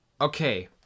Okay